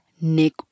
Nick